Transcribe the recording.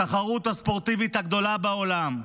התחרות הספורטיבית הגדולה בעולם,